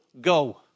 go